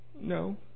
no